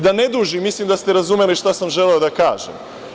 Da ne dužim, mislim da ste razumeli šta sam želeo da kažem.